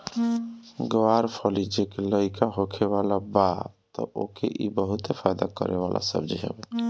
ग्वार फली जेके लईका होखे वाला बा तअ ओके इ बहुते फायदा करे वाला सब्जी हवे